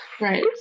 right